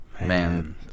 Man